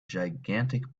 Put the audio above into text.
gigantic